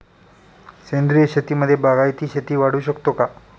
सेंद्रिय शेतीमध्ये बागायती शेती वाढवू शकतो का?